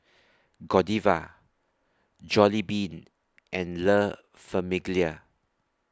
Godiva Jollibean and La Famiglia